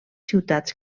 ciutats